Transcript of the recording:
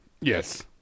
yes